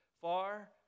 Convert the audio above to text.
far